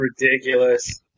ridiculous